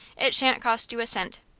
it shan't cost you a cent.